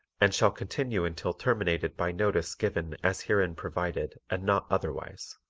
and shall continue until terminated by notice given as herein provided and not otherwise.